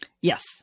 Yes